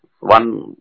One